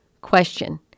Question